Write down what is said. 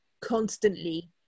constantly